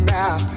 now